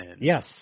Yes